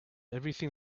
everything